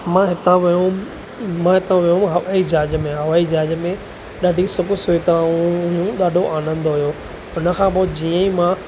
मां हितां वियुमि मां हितां वियुमि हवाई जहाज में हवाई जहाज में ॾाढी सुखु सुविधाऊं हुयूं ॾाढो आनंदु हुओ हुन खां पोइ जीअं ई मां